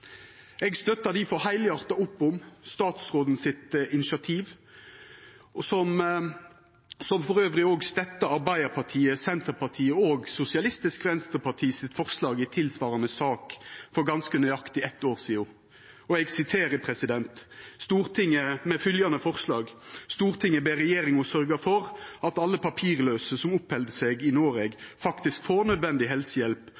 Eg støttar difor heilhjarta opp om statsrådens initiativ, som òg støttar Arbeidarpartiet, Senterpartiet og Sosialistisk Venstreparti sitt forslag i tilsvarande sak for ganske nøyaktig eitt år sidan. Eg siterer: «Stortinget ber regjeringen sørge for at alle papirløse som oppholder seg i Norge, faktisk får nødvendig helsehjelp